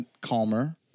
calmer